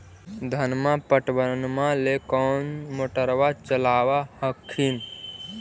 धनमा पटबनमा ले कौन मोटरबा चलाबा हखिन?